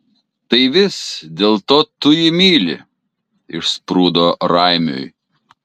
tai vis dėlto tu jį myli išsprūdo raimiui